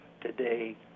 today